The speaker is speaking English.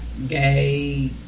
Gay